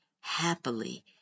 happily